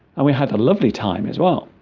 and we had a lovely time as well